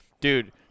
Dude